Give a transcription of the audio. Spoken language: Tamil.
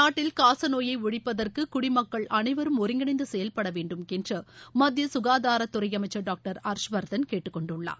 நாட்டில் காசநோயை ஒழிப்பதற்கு குடிமக்கள் அனைவரும் ஒருங்கிணைந்து செயல்பட வேண்டும் என்று மத்திய சுகாதாரத்துறை அமைச்சர் டாக்டர் ஹர்ஷவர்தன் தெரிவித்துள்ளார்